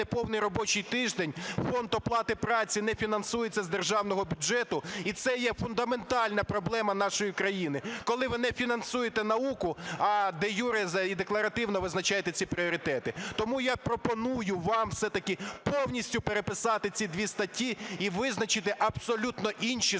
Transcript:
неповний робочий тиждень, фонд оплати праці не фінансується з державного бюджету, і це є фундаментальна проблема нашої країни, коли ви не фінансуєте науку, а де-юре і декларативно визначаєте ці пріоритети. Тому я пропоную вам все-таки повністю переписати ці дві статті і визначити абсолютно інші